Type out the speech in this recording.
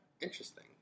interesting